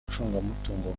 icungamutungo